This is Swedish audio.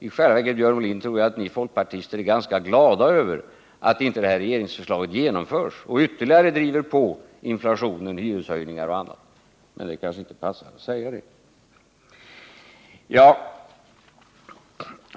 I själva verket, Björn Molin, tror jag att ni folkpartister är ganska glada över att det här regeringsförslaget inte genomförs och ytterligare driver på inflationen, hyreshöjningarna och annat — men det kanske inte passar att säga det.